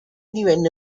divenne